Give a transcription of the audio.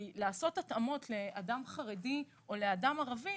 לעשות התאמות לאדם חרדי או לאדם ערבי,